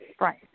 Right